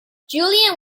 julian